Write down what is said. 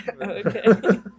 okay